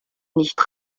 nicht